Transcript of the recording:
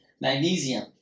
Magnesium